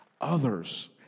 others